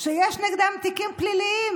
שיש נגדם תיקים פליליים.